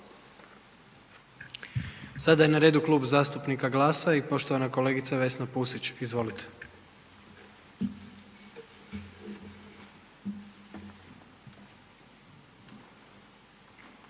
Sada je na redu Klub zastupnika GLAS-a i poštovana kolegica Vesna Pusić. Izvolite.